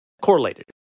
correlated